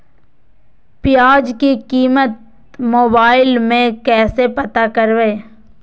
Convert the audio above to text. प्याज की कीमत मोबाइल में कैसे पता करबै?